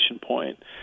point